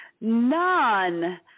none